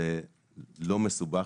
זה לא מסובך,